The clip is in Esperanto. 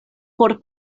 por